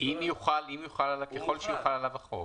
ככל שיוחל עליו החוק.